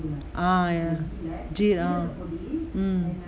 ah ya jeeragam